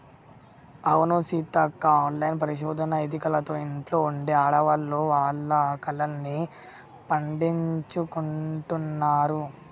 అవును సీతక్క ఆన్లైన్ పరిశోధన ఎదికలతో ఇంట్లో ఉండే ఆడవాళ్లు వాళ్ల కలల్ని పండించుకుంటున్నారు